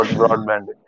broadband